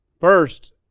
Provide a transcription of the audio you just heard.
First